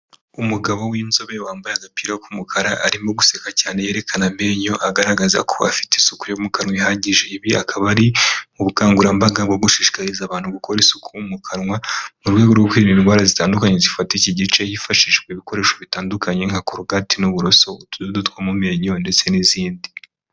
Umugabo w'inzobe wambaye agapira k'umukara arimo guseka cyane yerekana amenyo, agaragaza ko afite isuku yo mu kanwa ihagije. Ibi akaba ari ubukangurambaga bwo gushishikariza abantu gukora isuku mu kanwa mu rwe rwo kwirinda indwara zitandukanye zifata iki gice hifashishijwe ibikoresho bitandukanye nka korokate n'uburoso, utudodo two mu menyo ndetse n'izindi.